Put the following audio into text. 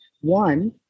one